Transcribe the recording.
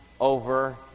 over